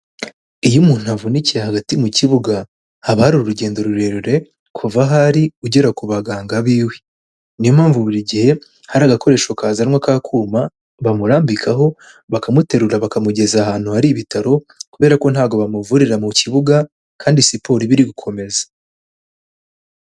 Iyo umuntu avunikiye hagati mu kibuga, haba ari urugendo rurerure kuva aho ari, ugera ku baganga biwe. Niyo mpamvu buri gihe, hari agakoresho kazanwa k'akuma, bamurambikaho, bakamuterura bakamugeza ahantu hari ibitaro kubera ko ntago bamuvurira mu kibuga kandi siporo iba iri gukomeza.